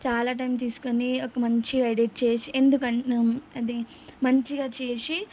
చాలా టైం తీసుకుని ఒక మంచిగా ఎడిట్ చేసి ఎందుకంటే అది మంచిగా చేసి